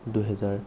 দুহেজাৰ